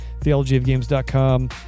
TheologyofGames.com